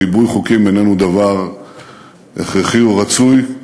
ריבוי חוקים איננו דבר הכרחי או רצוי,